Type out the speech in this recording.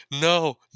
no